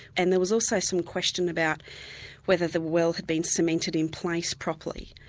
and there was also some question about whether the well had been cemented in place properly.